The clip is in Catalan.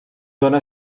dóna